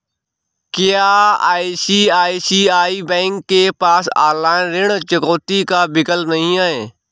क्या ICICI bank के पास ऑनलाइन ऋण चुकौती का विकल्प नहीं है?